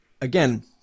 again